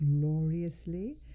gloriously